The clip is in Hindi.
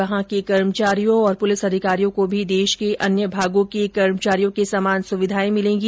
वहां के कर्मचारियों और पुलिस अधिकारियों को भी देश के अन्य भागों के कर्मचारियों के समान सुविघाएं मिलेंगी